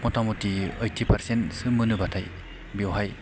मथामथि ओइटि पारसेन्टसो मोनोब्लाथाय बेवहाय